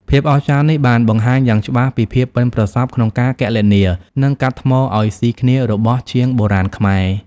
ភាពអស្ចារ្យនេះបានបង្ហាញយ៉ាងច្បាស់ពីភាពប៉ិនប្រសប់ក្នុងការគណនា និងកាត់ថ្មឱ្យស៊ីគ្នារបស់ជាងបុរាណខ្មែរ។